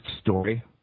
story